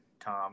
Tom